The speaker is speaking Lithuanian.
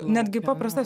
netgi paprastas